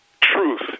truth